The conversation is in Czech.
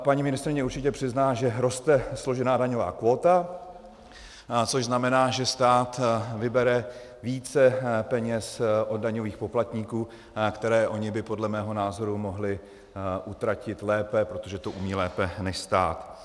Paní ministryně určitě přizná, že roste složená daňová kvóta, což znamená, že stát vybere více peněz od daňových poplatníků, které oni by podle mého názoru mohli utratit lépe, protože to umí lépe než stát.